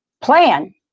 plan